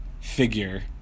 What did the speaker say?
figure